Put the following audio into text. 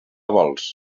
vols